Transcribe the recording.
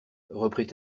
reprit